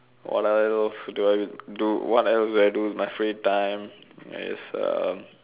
what are those what else do I do in my free time is um